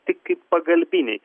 tik kaip pagalbiniai